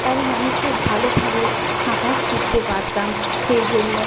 কারণ আমি খুব ভালোভাবে সাঁতার শিখতে পারতাম সেই জন্য